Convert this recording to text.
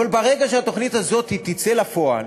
אבל ברגע שהתוכנית הזאת תצא לפועל